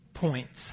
Points